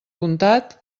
comtat